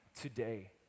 today